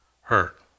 hurt